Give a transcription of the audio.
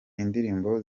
indirimbo